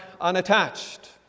unattached